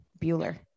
Bueller